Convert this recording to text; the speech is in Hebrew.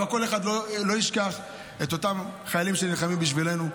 אבל כל אחד לא ישכח את אותם חיילים שנלחמים בשבילנו,